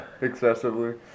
excessively